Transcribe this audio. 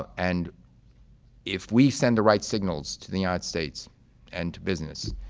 and if we send the right signals to the united states and to business,